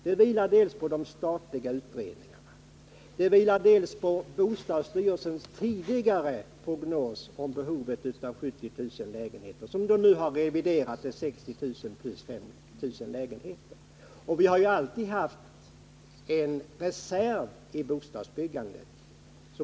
Det vilar dels på de statliga utredningarna, dels på byggnadssty relsens tidigare prognos som visade ett behov av just 70 000 lägenheter. Denna prognos har nu reviderats till 60 000 plus 5 000 lägenheter. Vi har ju på senare tid haft en reserv i bostadsbyggandet.